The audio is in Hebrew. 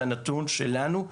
זה הנתון שלנו,